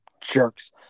jerks